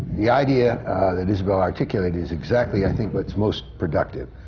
the idea that isabelle articulated is exactly, i think, what's most productive.